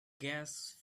gas